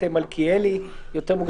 מלכיאלי.